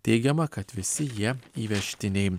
teigiama kad visi jie įvežtiniai